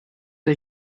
que